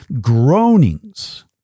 groanings